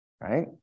right